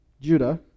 Judah